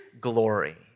Glory